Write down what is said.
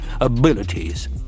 abilities